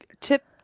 tip